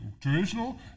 traditional